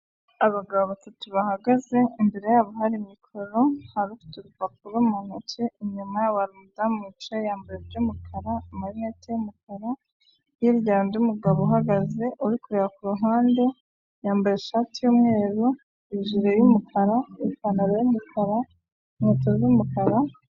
Abagabo batatu bahagaze imbere ya bo hari mikoro, hari ufite urupapuro mu ntoki, inyuma hari umudamu wicaye yambaye iby'umukara, amarinete y'umukara, hirya hari undi mugabo uhagaze uri kureba ku ruhande yambaye ishati y'umweru, hejuru y'umukara, ipantaro y'umukara, inkweto z'umukara.